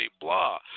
blah